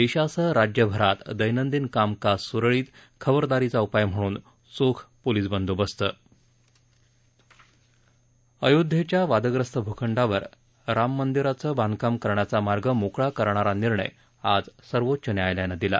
देशासह राज्यभरात दैनंदिन कामकाज स्रळीत खबरदारीचा उपाय म्हणून चोख पोलीस बंदोबस्त अयोध्येच्या वादग्रस्त भूखंडावर राममंदिराचं बांधकाम करण्याचा मार्ग मोकळा करणारा निर्णय आज सर्वोच्च न्यायालयानं दिला